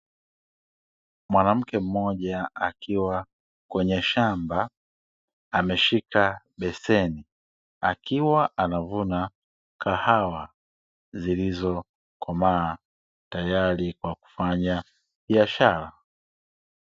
Mwanamke mmoja akiwa kwenye shamba ameshika beseni, akiwa anavuna kahawa zilizokomaa tayari kwa kufanya biashara.